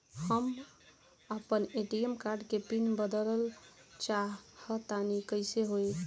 हम आपन ATM card के पीन बदलल चाहऽ तनि कइसे होई?